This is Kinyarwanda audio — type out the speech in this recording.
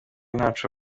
ntaco